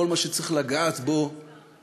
כל מה שצריך לגעת בו